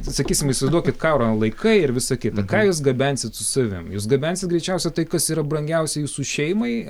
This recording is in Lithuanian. sakysim įsivaizduokit karo laikai ir visa kita ką jūs gabensit su savim jūs gabensit greičiausia tai kas yra brangiausia jūsų šeimai